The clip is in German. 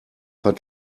hat